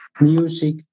music